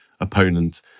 opponent